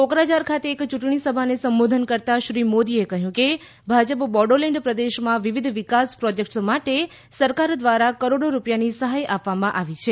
કોકરાજાર ખાતે એક યુંટણી સભાને સંબોધન કરતાં શ્રી મોદીએ કહ્યું કે ભાજપ બોડોલેન્ડ પ્રદેશમાં વિવિધ વિકાસ પ્રોજેક્ટ્સ માટે સરકાર દ્વારા કરોડો રૂપિયાની સહાય આપવામાં આવી છે